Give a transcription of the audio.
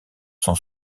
sont